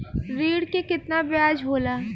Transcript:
ऋण के कितना ब्याज होला?